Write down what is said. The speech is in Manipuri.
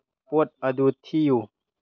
ꯄꯣꯠ ꯑꯗꯨ ꯊꯤꯌꯨ